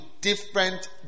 different